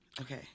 Okay